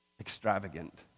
Extravagant